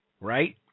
right